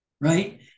Right